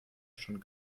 schon